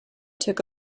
took